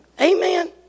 Amen